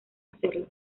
hacerlo